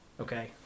okay